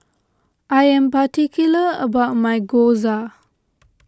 I am particular about my Gyoza